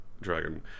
dragon